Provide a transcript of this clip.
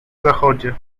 zachodzie